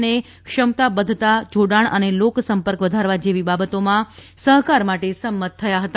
અને ક્ષમતાબધ્ધના જોડાણ અને લોકસંપર્ક વધારવા જેવી બાબતોમાં સહકાર માટે સંમત થયા હતા